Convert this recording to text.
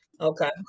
Okay